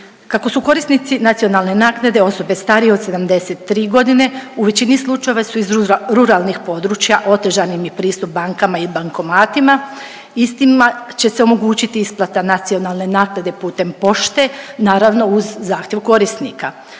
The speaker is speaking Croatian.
Kako su korisnici nacionalne naknade osobe starije od 73 godine u većini slučajeva su iz ruralnih područja, otežanim im je pristup bankama i bankomatima, istima će se omogućiti isplata nacionalne naknade putem pošte, naravno uz zahtjev korisnika,